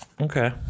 okay